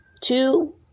Two